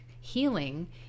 healing